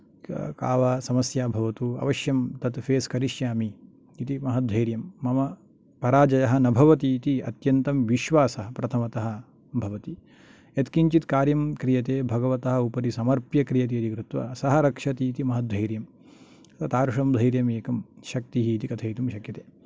का वा समस्या भवतु अवश्यं तद् फेस् करिष्यामि इति महद्धैर्यं मम पराजयः न भवति इति अत्यन्तं विश्वासः प्रथमतः भवति यत् किञ्चित् कार्यं क्रियते भगवतः उपरि समर्प्य क्रियते इति कृत्वा सः रक्षति इति महत् धैर्यं अत तादृशं धैर्यमेकं शक्तिः इति कथयितुं शक्यते